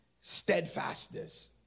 steadfastness